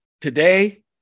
today